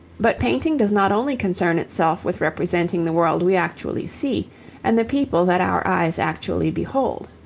but painting does not only concern itself with representing the world we actually see and the people that our eyes actually behold.